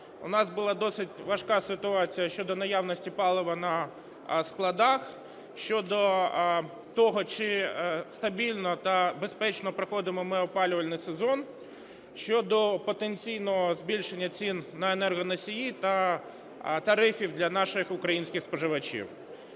у нас була досить важка ситуація щодо наявності палива на складах, щодо того, чи стабільно та безпечно проходимо ми опалювальний сезон, щодо потенційного збільшення цін на енергоносії та тарифи для наших українських споживачів.